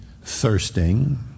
thirsting